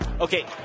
Okay